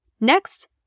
Next